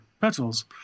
petals